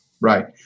Right